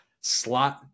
slot